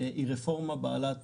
רפורמה בעלת